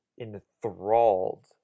enthralled